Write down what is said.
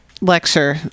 lecture